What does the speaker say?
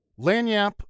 Lanyap